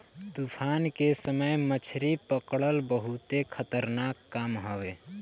तूफान के समय मछरी पकड़ल बहुते खतरनाक काम हवे